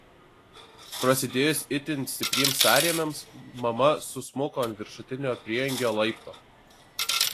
prasidėjus itin stipriems sąrėmiams mama susmuko ant viršutinio prieangio laipto